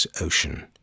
ocean